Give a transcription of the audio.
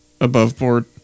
above-board